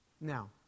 Now